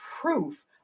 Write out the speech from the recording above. proof